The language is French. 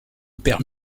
père